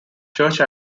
church